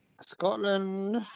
Scotland